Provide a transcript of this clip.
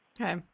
Okay